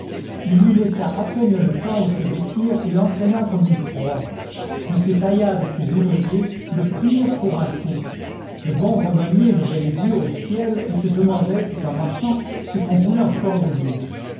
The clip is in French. il lui laissa à peine le temps de se vêtir et l'entraîna comme une proie m taillade et ses ouvriers le prirent pour un fou le bon romagné levait les yeux au ciel et se demandait tout en marchant ce qu'on voulait encore de lui